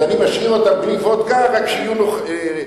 אז אני משאיר אותם בלי וודקה רק שיהיו ערים.